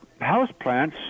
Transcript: houseplants